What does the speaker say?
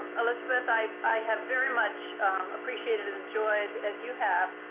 um elizabeth. i i have very much appreciated and enjoyed, as you have,